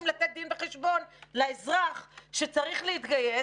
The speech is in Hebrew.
לתת דין וחשבון לאזרח שצריך להתגייס,